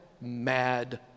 mad